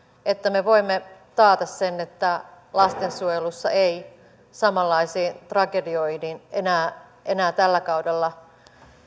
että me voimme taata sen että lastensuojelussa ei samanlaisiin tragedioihin enää enää tällä kaudella